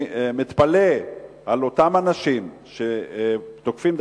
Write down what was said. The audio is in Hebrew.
אני מתפלא על אותם אנשים שתוקפים,